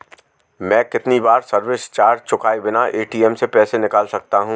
मैं कितनी बार सर्विस चार्ज चुकाए बिना ए.टी.एम से पैसे निकाल सकता हूं?